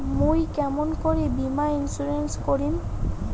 মুই কেমন করি বীমা ইন্সুরেন্স করিম?